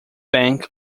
bank